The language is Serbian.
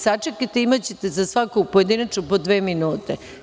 Sačekajte, imaćete za svaku pojedinačnu po dve minute.